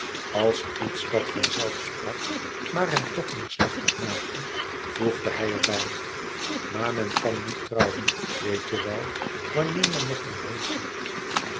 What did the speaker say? als iets dat van zelf sprak maar hem toch neerslachtig maakte voegde hij er bij maar men kan niet trouwen weet je wel wanneer men nog maar